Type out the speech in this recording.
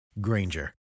Granger